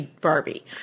Barbie